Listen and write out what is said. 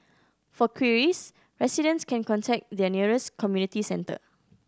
for queries residents can contact their nearest community centre